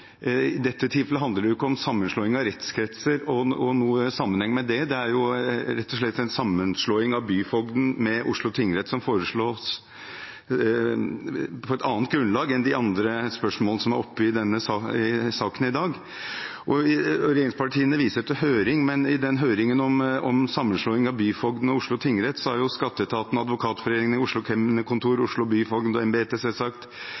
I dette tilfellet handler det jo ikke om sammenslåing av rettskretser eller noe i sammenheng med det; det er rett og slett en sammenslåing av byfogden med Oslo tingrett som foreslås, på et annet grunnlag enn de andre spørsmålene som er oppe i saken i dag. Regjeringspartiene viser til høring, men i høringen om sammenslåingen av byfogden og Oslo tingrett har jo skatteetaten, Advokatforeningen, Oslo kemnerkontor, Oslo